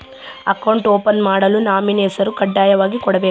Account open ಮಾಡಲು nominee ಹೆಸರು ಕಡ್ಡಾಯವಾಗಿ ಕೊಡಬೇಕಾ?